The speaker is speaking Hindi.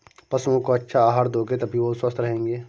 पशुओं को अच्छा आहार दोगे तभी वो स्वस्थ रहेंगे